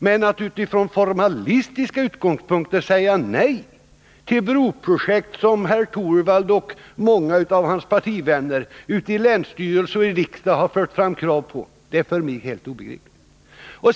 Men att han av formalistiska skäl säger nej till broprojekt som herr Torwald och många av hans partivänner i länsstyrelser och i riksdagen fört fram krav på är för mig helt obegripligt.